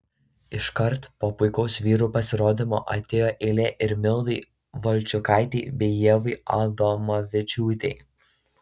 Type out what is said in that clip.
iškart po puikaus vyrų pasirodymo atėjo eilė ir mildai valčiukaitei bei ievai adomavičiūtei